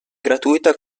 gratuita